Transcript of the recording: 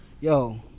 yo